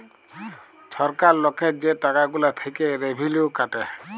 ছরকার লকের যে টাকা গুলা থ্যাইকে রেভিলিউ কাটে